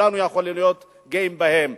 שכולנו יכולים להיות גאים בהם.